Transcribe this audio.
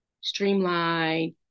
streamline